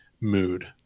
mood